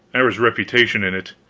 there was reputation in it.